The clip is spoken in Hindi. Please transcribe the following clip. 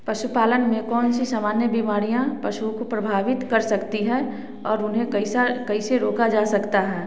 पशुपालन में कौन सी समान्य बीमारियाँ पशुओ को प्रभावित कर सकती है और उन्हें कैसा कैसे रोका जा सकता है